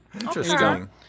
Interesting